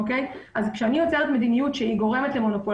כשאני יוצרת מדיניות שגורמת למונופול